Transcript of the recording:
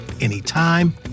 anytime